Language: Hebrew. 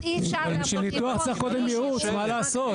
אבל בשביל ניתוח צריך קודם ייעוץ, מה לעשות?